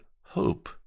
hope